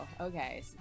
Okay